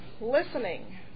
listening